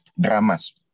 dramas